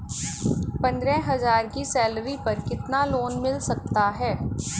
पंद्रह हज़ार की सैलरी पर कितना लोन मिल सकता है?